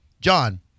John